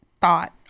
thought